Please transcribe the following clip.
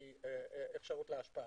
קללת המקורות - אתה דוחף אותי לתת את הסקירה.